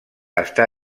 està